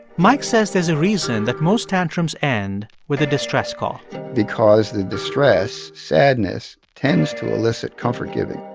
mike says there's a reason that most tantrums end with a distress call because the distress, sadness, tends to elicit comfort-giving.